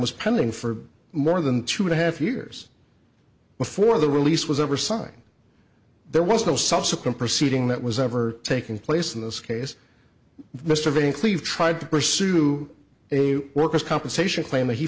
was pending for more than two and a half years before the release was ever signed there was no subsequent proceeding that was ever taking place in this case mr van cleave tried to pursue a worker's compensation claim that he